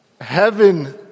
Heaven